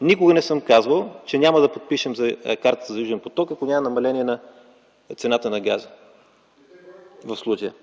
Никога не съм казвал, че няма да подпишем картата за „Южен поток”, ако няма намаление на цената на газа в случая.